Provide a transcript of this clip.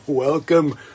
Welcome